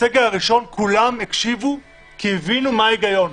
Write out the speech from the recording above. בסגר הראשון כולם הקשיבו כי הבינו מה ההיגיון.